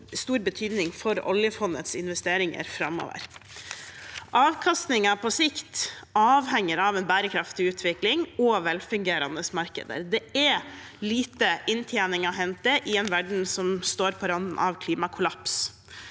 stor betydning for oljefondets investeringer framover. Avkastningen på sikt avhenger av en bærekraftig utvikling og velfungerende markeder. Det er lite inntjening å hente i en verden som står på randen av klimakollaps.